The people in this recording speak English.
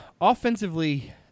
Offensively